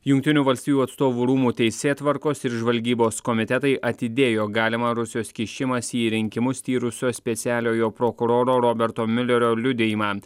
jungtinių valstijų atstovų rūmų teisėtvarkos ir žvalgybos komitetai atidėjo galimą rusijos kišimąsi į rinkimus tyrusio specialiojo prokuroro roberto miulerio liudijimą